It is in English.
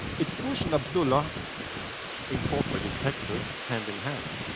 it's bush and abdullah in crawford in texas, hand in hand.